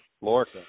Lorca